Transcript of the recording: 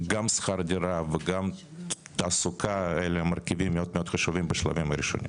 גם שכר דירה וגם תעסוקה אלה מרכיבים מאוד מאוד חשובים בשלבים הראשונים.